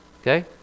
Okay